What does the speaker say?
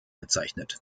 bezeichnet